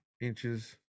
inches